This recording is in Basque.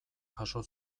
jaso